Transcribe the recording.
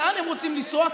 לאן הם רוצים לנסוע,